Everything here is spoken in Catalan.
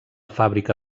fàbrica